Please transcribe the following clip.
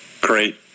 Great